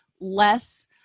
less